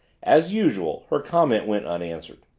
as usual, her comment went unanswered.